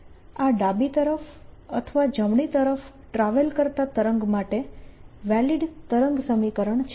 આ ડાબી તરફ અથવા જમણી તરફ ટ્રાવેલ કરતા તરંગ માટે વેલિડ તરંગ સમીકરણ છે